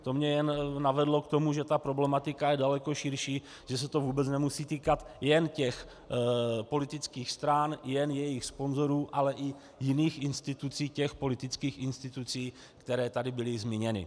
To mě jen navedlo k tomu, že ta problematika je daleko širší a že se to vůbec nemusí týkat jen těch politických stran, jen jejich sponzorů, ale i jiných institucí, těch politických institucí, které tady byly zmíněny.